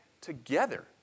together